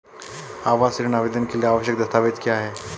आवास ऋण आवेदन के लिए आवश्यक दस्तावेज़ क्या हैं?